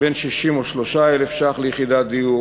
בין 63,000 ש"ח ליחידת דיור